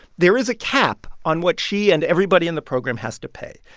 there is a cap on what she and everybody in the program has to pay.